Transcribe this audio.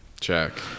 Check